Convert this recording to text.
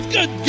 Good